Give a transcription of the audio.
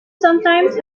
sometimes